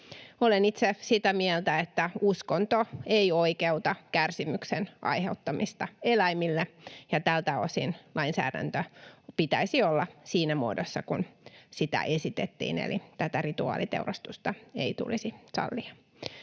Olen itse sitä mieltä, että uskonto ei oikeuta kärsimyksen aiheuttamista eläimille, ja tältä osin lainsäädännön pitäisi olla siinä muodossa kuin sitä esitettiin, eli tätä rituaaliteurastusta ei tulisi sallia.